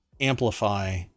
amplify